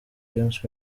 james